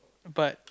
but